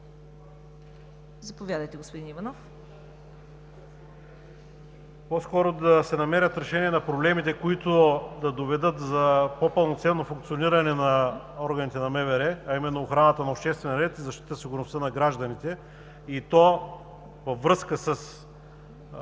Заповядайте, господин Иванов.